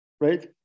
right